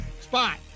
Spot